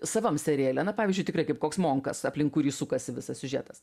savam seriale na pavyzdžiui tikrai kaip koks monkas aplink kurį sukasi visas siužetas